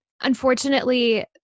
Unfortunately